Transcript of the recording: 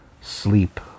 sleep